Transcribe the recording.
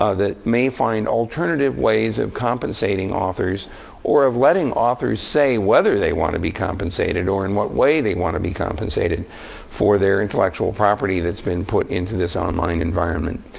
ah that may find alternative ways of compensating authors or of letting authors say whether they want to be compensated or in what way they want to be compensated for their intellectual property that's been put into this online environment.